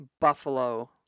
buffalo